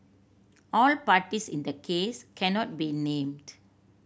all parties in the case cannot be named